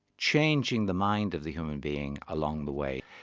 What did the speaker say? changing the mind of the human being along the way.